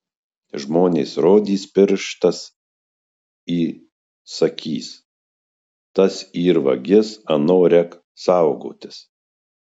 žmonės rodys pirštas į sakys tas yr vagis ano rek saugotis